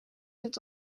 het